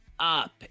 Up